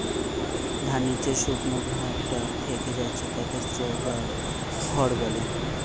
ধানের যে শুকনো ভাগটা থিকে যাচ্ছে তাকে স্ত্রও বা খড় বলে